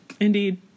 Indeed